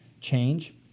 change